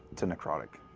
to necrotic.